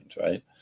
right